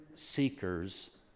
seekers